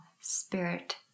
spirit